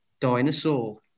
Dinosaur